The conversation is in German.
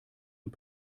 und